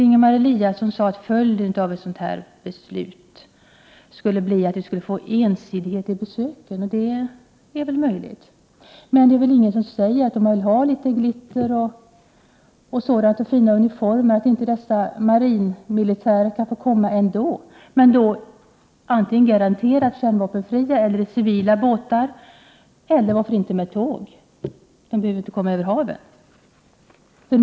Ingemar Eliasson sade att följden av ett sådant här beslut skulle bli att vi skulle få ensidighet i besöken. Det är möjligt. Om man vill ha litet glitter och fina uniformer är det väl inget som säger att dessa marinmilitärer inte kan få komma hit ändå. De kan garantera att fartygen är kärnvapenfria eller komma med civila båtar. Varför kan de inte också komma med tåg? De behöver inte komma över havet.